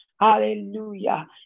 Hallelujah